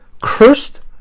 cursed